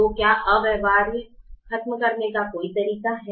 तो क्या अव्यवहार्य खत्म करने का कोई तरीका है